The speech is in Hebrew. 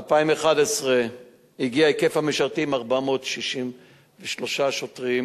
ב-2011 הגיע היקף המשרתים ל-463 שוטרים,